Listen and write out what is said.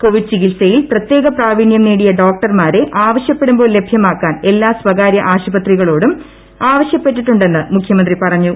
Covid ചികിത്സിൽ പ്രത്യേക പ്രാവീണ്യം നേടിയ ഡോക്ടർമാരെ ആവശ്യപ്പെടുമ്പോൾ ലഭ്യമാക്കാൻ എല്ലാ സ്വകാര്യ ആശുപത്രികളോടും ആവശ്യപ്പെട്ടിട്ടുണ്ടെന്ന് മുഖ്യമന്ത്രി പറഞ്ഞു